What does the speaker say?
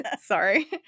sorry